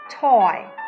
Toy